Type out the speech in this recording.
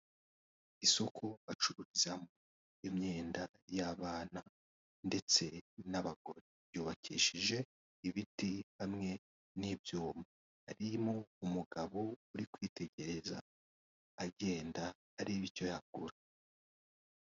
Isoko bacurutsamo imyenda y'abana ndetse n'abagore ryubakishije ibiti hamwe n'ibyuma, harimo umugabo uri kwitegereza agenda areba icyo yagura.